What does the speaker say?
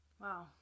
Wow